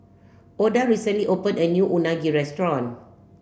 Oda recently opened a new unagi restaurant